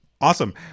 awesome